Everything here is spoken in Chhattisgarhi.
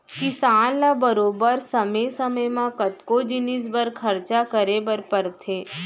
किसान ल बरोबर समे समे म कतको जिनिस बर खरचा करे बर परथे